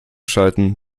schalten